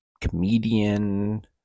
comedian